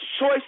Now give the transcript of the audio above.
choice